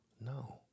No